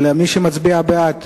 מי שמצביע בעד,